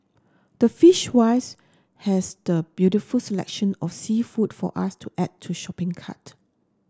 the Fishwives has the beautiful selection of seafood for us to add to shopping cart